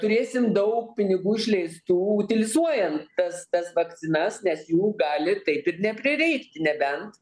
turėsim daug pinigų išleistų utilizuojant tas tas vakcinas nes jų gali taip ir neprireikti nebent